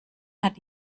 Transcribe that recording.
hat